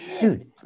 Dude